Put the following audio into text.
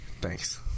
Thanks